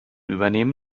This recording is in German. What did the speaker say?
übernehmen